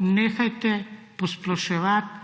nehajte posploševati